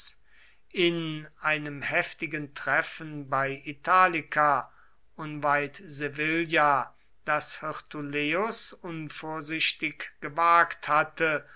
in einem heftigen treffen bei italica unweit sevilla das hirtuleius unvorsichtig gewagt hatte